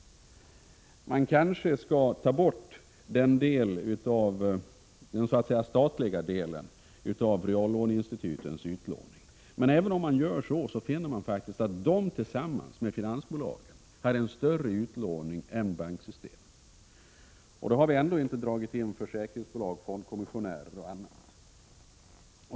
Man kanske skall ta bort den så att säga statliga delen av reallåneinstitutens utlåning, men även om man gör det så finner man att de tillsammans med finansbolagen hade en större utlåning än banksystemet. Då har vi ändå inte tagit med försäkringsbolag, fondkommissionärer och annat.